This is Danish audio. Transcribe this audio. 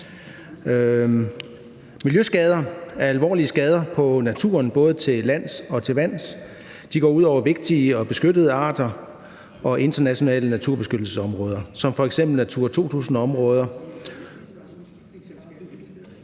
Miljøskader er alvorlige skader på naturen både til lands og til vands. De går ud over vigtig og beskyttede arter og internationale naturbeskyttelsesområder som f.eks. Natura 2000-områder,